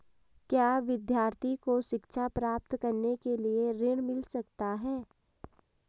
क्या विद्यार्थी को शिक्षा प्राप्त करने के लिए ऋण मिल सकता है?